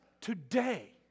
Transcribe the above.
Today